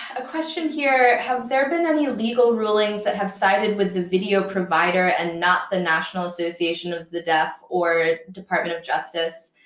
a question here have there been any legal rulings that have sided with the video provider and not the national association of the deaf or department of justice?